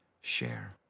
share